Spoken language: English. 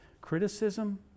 criticism